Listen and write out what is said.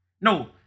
no